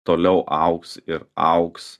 toliau augs ir augs